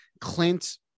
Clint